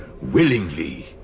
willingly